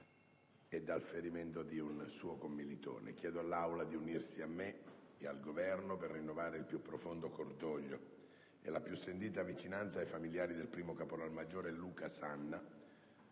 e dal ferimento di un suo commilitone. Chiedo all'Assemblea di unirsi a me e al Governo per rinnovare il più profondo cordoglio e la più sentita vicinanza ai familiari del primo caporalmaggiore Luca Sanna,